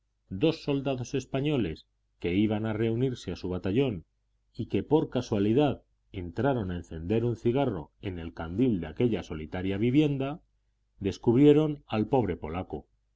dos soldados españoles que iban a reunirse a su batallón y que por casualidad entraron a encender un cigarro en el candil de aquella solitaria vivienda descubrieron al pobre polaco